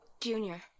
Junior